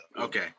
Okay